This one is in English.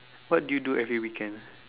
what do you do every weekend